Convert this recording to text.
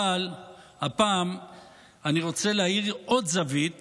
אבל הפעם אני רוצה להאיר עוד זווית